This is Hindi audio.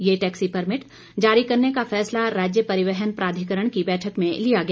ये टैक्सी परमिट जारी करने का फैसला राज्य परिवहन प्राधिकरण की बैठक में लिया गया